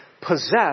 possess